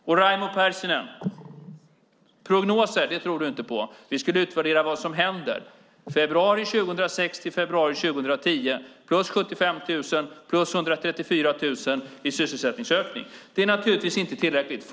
Prognoser tror du inte på, Raimo Pärssinen, utan vi ska utvärdera vad som händer. Från februari 2006 till februari 2010 är det plus 75 000 och plus 134 000 i sysselsättningsökning. Det är naturligtvis inte tillräckligt.